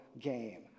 game